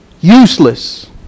useless